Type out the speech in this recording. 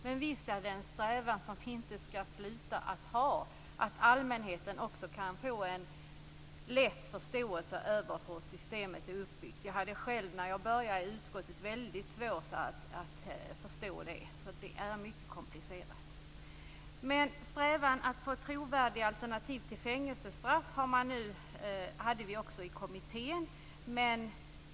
Men visst är det en strävan som vi inte skall sluta att ha, så att allmänheten också kan få en förståelse för hur systemet är uppbyggt. Jag hade själv väldigt svårt att förstå det när jag började i utskottet, så det är mycket komplicerat. Strävan att få trovärdiga alternativ till fängelsestraff hade vi också i kommittén.